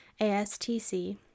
ASTC